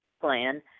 plan